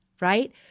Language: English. Right